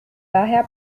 daher